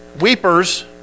weepers